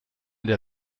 der